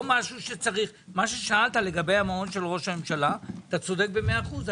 מה ששאלת לגבי המעון של ראש הממשלה אתה צודק במאה אחוז.